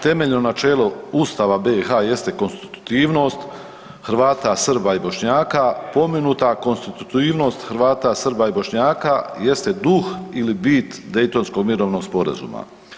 Temeljno načelo Ustava jeste konstitutivnost Hrvata, Srba i Bošnjaka, pomenuta konstitutivnost Hrvata, Srba i Bošnjaka jeste duh ili bit Daytonskog mirovnog sporazuma.